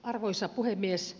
arvoisa puhemies